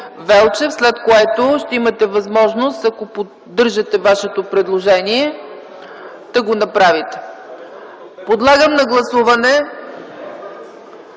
Велчев, след което ще имате възможност, ако поддържате Вашето предложение, да го направите. Подлагам на гласуване